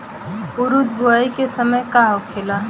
उरद बुआई के समय का होखेला?